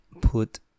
put